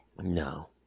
no